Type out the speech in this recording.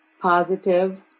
Positive